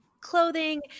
clothing